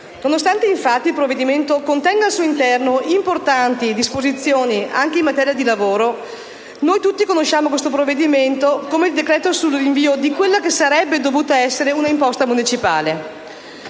Nonostante, infatti, il provvedimento contenga al suo interno importanti disposizioni anche in materia di lavoro, noi tutti lo conosciamo come il decreto-legge sul rinvio di quella che sarebbe dovuta essere una imposta municipale.